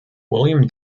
william